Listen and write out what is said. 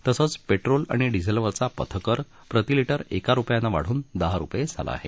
तसंच पेट्रोल आणि डिझेलवरचा पथकर प्रतिलिटर एका रुपयानं वाढून दहा रुपये झाला आहे